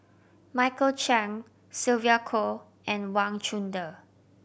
Michael Chiang Sylvia Kho and Wang Chunde